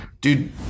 Dude